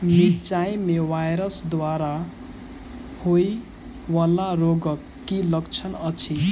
मिरचाई मे वायरस द्वारा होइ वला रोगक की लक्षण अछि?